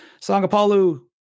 Sangapalu